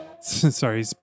Sorry